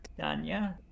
Danya